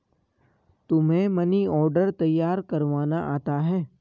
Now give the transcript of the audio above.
तुम्हें money order तैयार करवाना आता है?